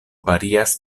varias